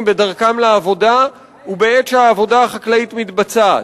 בדרכם לעבודה ובעת שהעבודה החקלאית מתבצעת.